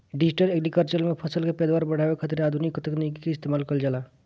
digital agriculture में फसल के पैदावार बढ़ावे खातिर आधुनिक तकनीकी के इस्तेमाल कईल जाला